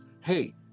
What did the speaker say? Hey